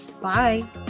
Bye